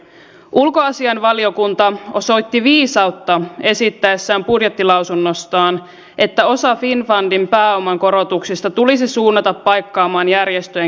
ulkoasiainvaliokunta osoitti viisautta esittäessään budjettilausunnossaan että osa finnfundin pääoman korotuksista tulisi suunnata paikkaamaan järjestöjen kehitysrahoitusleikkausta